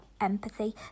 empathy